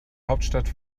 hauptstadt